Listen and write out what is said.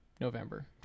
November